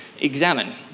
examine